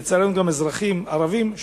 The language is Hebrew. ולצערנו גם אזרחים ערבים,